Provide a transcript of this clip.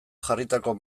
jarritako